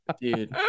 Dude